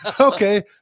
Okay